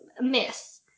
miss